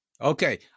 Okay